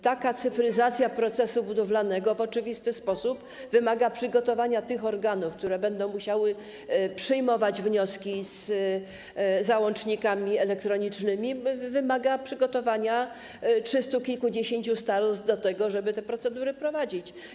Taka cyfryzacja procesu budowlanego w oczywisty sposób wymaga przygotowania tych organów, które będą musiały przyjmować wnioski z załącznikami elektronicznymi, wymaga przygotowania trzystu kilkudziesięciu starostw, żeby te procedury prowadzić.